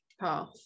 path